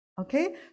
okay